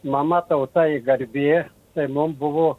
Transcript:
mama tauta i garbė tai mums buvo